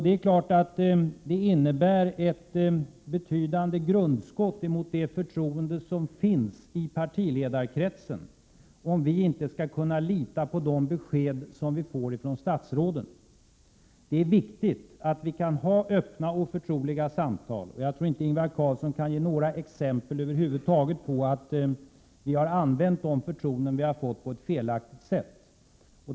Det är klart att det innebär ett betydande grundskott mot det förtroende som finns i partiledarkretsen, om vi inte skall kunna lita på de besked som vi får från statsråden. Det är viktigt att vi kan ha öppna och förtroliga samtal. Jag tror inte att Ingvar Carlsson över huvud taget kan ge några exempel på att vi på ett felaktigt sätt har använt de förtroenden som vi har fått.